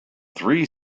three